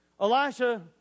Elisha